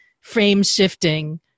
frame-shifting